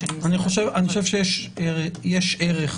אני חושב שיש ערך